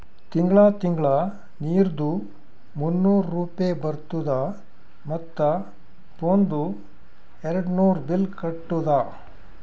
ತಿಂಗಳ ತಿಂಗಳಾ ನೀರ್ದು ಮೂನ್ನೂರ್ ರೂಪೆ ಬರ್ತುದ ಮತ್ತ ಫೋನ್ದು ಏರ್ಡ್ನೂರ್ ಬಿಲ್ ಕಟ್ಟುದ